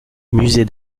musée